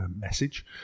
message